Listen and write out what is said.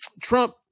Trump